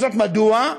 וזאת מדוע?